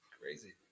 Crazy